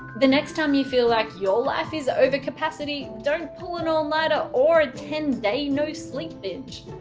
the next time you feel like your life is over capacity, don't pull an all-nighter or a ten day no-sleep binge.